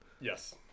yes